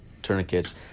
tourniquets